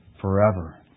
forever